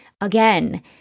Again